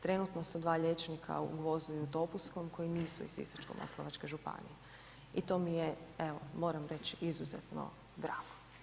Trenutno su dva liječnika u Gvozdu i u Topuskom koji nisu iz Sisačko-moslavačke županije i to mi je evo moram reći izuzetno drago.